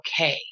okay